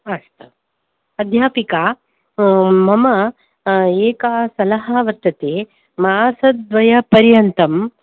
अस्तु अध्यापिका मम एका सलहा वर्तते मासद्वयपर्यन्तं